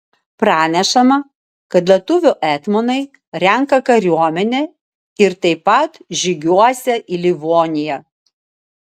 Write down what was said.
pranešama kad lietuvių etmonai renką kariuomenę ir taip pat žygiuosią į livoniją